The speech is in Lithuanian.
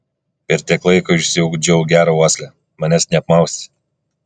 per tiek laiko išsiugdžiau gerą uoslę manęs neapmausi